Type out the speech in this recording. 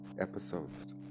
episodes